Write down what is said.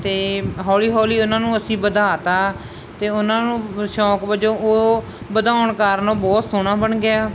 ਅਤੇ ਹੌਲੀ ਹੌਲੀ ਉਹਨਾਂ ਨੂੰ ਅਸੀਂ ਵਧਾ ਦਿੱਤਾ ਅਤੇ ਉਹਨਾਂ ਨੂੰ ਸ਼ੌਕ ਵਜੋਂ ਉਹ ਵਧਾਉਣ ਕਾਰਨ ਉਹ ਬਹੁਤ ਸੋਹਣਾ ਬਣ ਗਿਆ